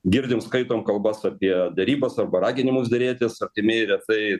girdim skaitom kalbas apie derybas arba raginimus derėtis artimieji rytai